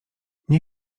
nie